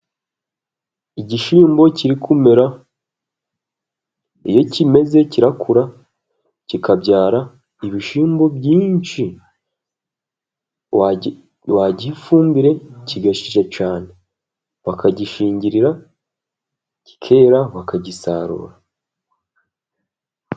Igishyimbo kiri kumera, iyo kimeze kirakura kikabyara ibishyimbo byinshi, wagiha ifumbire kigashisha cyane bakagishingirira kikera bakagisarura.